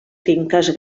finques